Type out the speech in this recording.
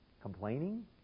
Complaining